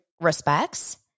respects